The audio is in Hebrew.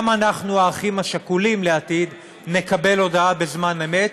גם אנחנו האחים השכולים לעתיד נקבל הודעה בזמן אמת,